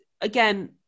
again